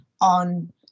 on